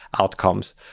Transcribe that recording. outcomes